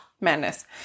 Madness